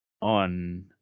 on